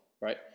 right